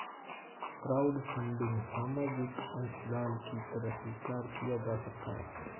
crowdfunding सामाजिक अंशदान की तरह स्वीकार किया जा सकता है